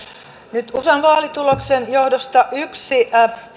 nyt usan vaalituloksen johdosta yksi